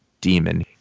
demon